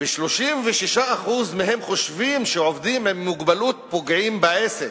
36% מהם חושבים שעובדים עם מוגבלות פוגעים בעסק,